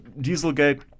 dieselgate